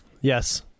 Yes